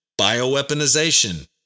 bioweaponization